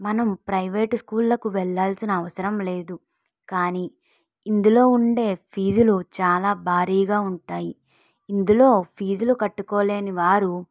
మనం ప్రైవేటు స్కూళ్ళకు వెళ్ళాల్సిన అవసరం లేదు కానీ ఇందులో ఉండే ఫీజులు చాలా భారీగా ఉంటాయి ఇందులో ఫీజులు కట్టుకోలేని వారు